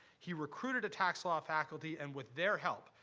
he recruited a tax law faculty and, with their help,